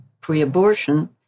pre-abortion